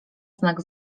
znak